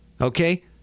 Okay